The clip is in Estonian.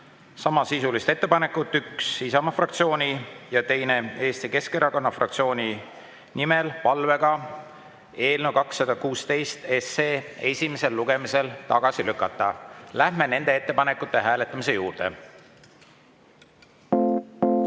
samasisulist ettepanekut, üks Isamaa fraktsiooni ja teine Eesti Keskerakonna fraktsiooni nimel, palvega eelnõu 216 esimesel lugemisel tagasi lükata. Lähme nende ettepanekute hääletamise juurde. Head